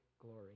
glory